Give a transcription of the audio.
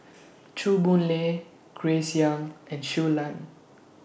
Chew Boon Lay Grace Young and Show Lan